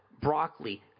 broccoli